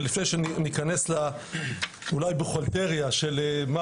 ולפני שניכנס אולי לבוכהלטריה של מה